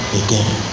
again